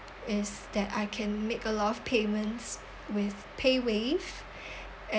is that I can make a lot of payments with paywave